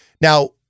Now